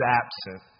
absent